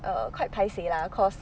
err quite paiseh lah cause